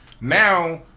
Now